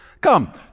come